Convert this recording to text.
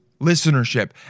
listenership